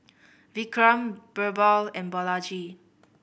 Vikram Birbal and Balaji